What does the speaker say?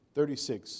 Thirty-six